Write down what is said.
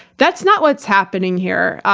that's not what's happening here,